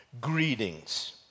greetings